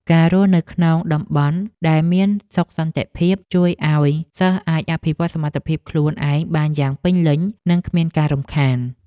ការរស់នៅក្នុងតំបន់ដែលមានសុខសន្តិភាពជួយឱ្យសិស្សអាចអភិវឌ្ឍសមត្ថភាពខ្លួនឯងបានយ៉ាងពេញលេញនិងគ្មានការរំខាន។